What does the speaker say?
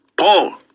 Paul